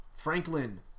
Franklin